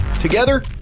together